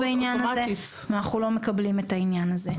בעניין הזה ואנחנו לא מקבלים את העניין הזה.